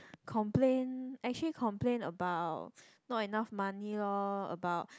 complain actually complain about not enough money lor about